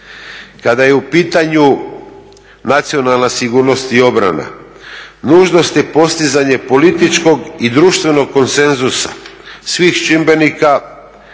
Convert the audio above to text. Kada je u pitanju nacionalna sigurnost i obrana nužnost je postizanje političkog i društvenog konsenzusa svih čimbenika